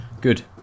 Good